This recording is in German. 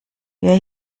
wer